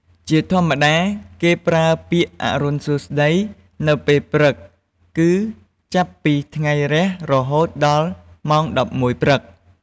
ជាធម្មតា គេប្រើពាក្យ "អរុណសួស្តី" នៅពេលព្រឹក គឺចាប់ពីថ្ងៃរះរហូតដល់ម៉ោង១១ព្រឹក។